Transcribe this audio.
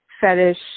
fetish